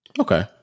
Okay